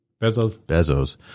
Bezos